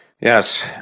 Yes